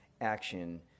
action